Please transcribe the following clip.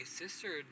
sister